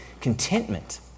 contentment